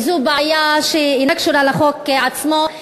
וזו בעיה שאינה קשורה לחוק עצמו,